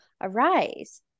arise